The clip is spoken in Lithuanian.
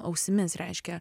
ausimis reiškia